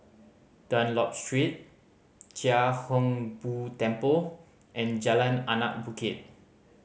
Dunlop Street Chia Hung Boo Temple and Jalan Anak Bukit